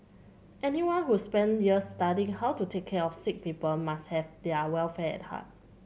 anyone who spend years studying how to take care of sick people must have their welfare at heart